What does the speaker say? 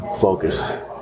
focus